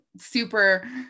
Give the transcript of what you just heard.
super